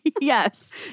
Yes